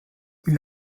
die